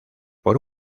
por